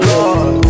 Lord